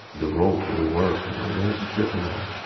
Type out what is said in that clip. the rope it'll work. i'm like, man what you trippin' on?